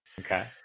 Okay